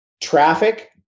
traffic